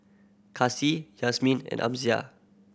Kasih Yasmin and Amsyar